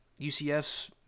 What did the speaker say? UCFs